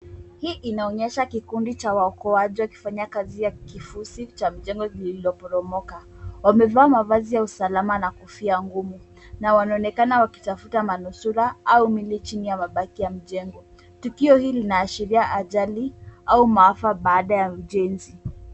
Hii inaonyesha kikundi cha waokoaji wakifanya kazi ya kivuzi cha mjengo lilichoboromoka wamevaa mavazi ya usalama na kofia ngumu na wanaonekana wakitafuta manusura au miili chini ya mabaki ya mjengo tukio hii linaashiria ajali au maafa baada ya ujenzi.